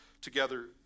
together